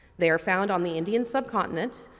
they are found on the indian subcontinent.